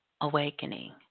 awakening